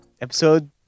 Episode